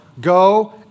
go